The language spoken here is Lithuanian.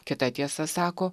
kita tiesa sako